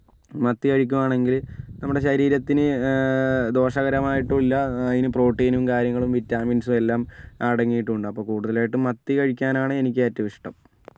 മത്തി കഴിക്കുകയാണെങ്കിൽ നമ്മുടെ ശരീരത്തിന് ദോഷകരമായിട്ടില്ല അതിന് പ്രോട്ടീനും കാര്യങ്ങളും വിറ്റാമിൻസും എല്ലാം അടങ്ങിട്ടുണ്ട് അപ്പോൾ കൂടുതലായിട്ടും മത്തി കഴിക്കാനാണ് എനിക്ക് ഏറ്റവും ഇഷ്ടം